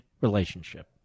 relationship